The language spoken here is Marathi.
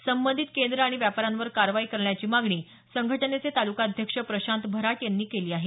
संबधीत केंद्र आणि व्यापाऱ्यांवर कारवाई करण्याची मागणी संघटनेचे तालुकाध्यक्ष प्रशांत भराट यांनी केली आहे